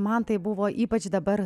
man tai buvo ypač dabar